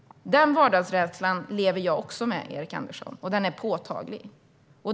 Den vardagsrädslan lever jag också med, Erik Andersson, och den är påtaglig.